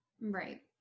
Right